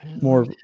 more